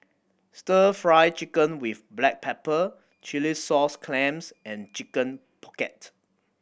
Stir Fry Chicken with black pepper chilli sauce clams and Chicken Pocket